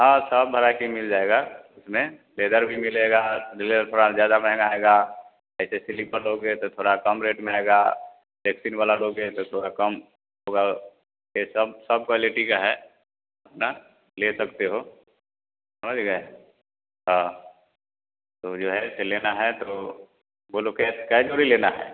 हाँ सब बरायटी मिल जाएगा उसमें लेदर भी मिलेगा जो है थोड़ा ज़्यादा महँगा आएगा ऐसे स्लीपर लोगे तो थोड़ा कम रेट में आएगा रेक्सीन वाला लोगे तो थोड़ा कम होगा यह सब सब क्वालेटी का है ना ले सकते हो समझ गए हाँ तो जो है फिर लेना है तो बोलो कै कै जोड़ी लेना है